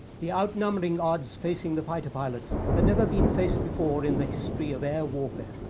the outnumbering odds facing the fighter pilots had never been faced before in the history of air warfare.